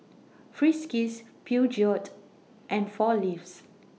Friskies Peugeot and four Leaves